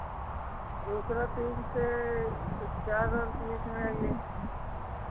दूसरा टीम से चार और बीच में आइए